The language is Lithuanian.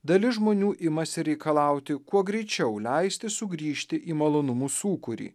dalis žmonių imasi reikalauti kuo greičiau leisti sugrįžti į malonumų sūkurį